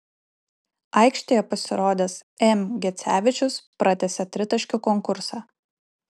aikštėje pasirodęs m gecevičius pratęsė tritaškių konkursą